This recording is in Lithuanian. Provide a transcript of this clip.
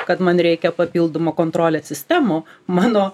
kad man reikia papildomų kontrolės sistemų mano